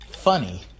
funny